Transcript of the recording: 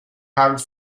carl